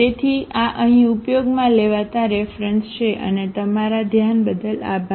તેથી આ અહીં ઉપયોગમાં લેવાતા રેફરેન્સ છે અને તમારા ધ્યાન બદલ આભાર